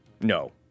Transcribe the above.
No